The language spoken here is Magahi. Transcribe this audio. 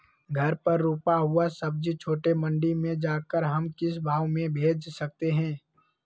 घर पर रूपा हुआ सब्जी छोटे मंडी में जाकर हम किस भाव में भेज सकते हैं?